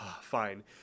fine